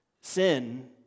Sin